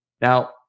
Now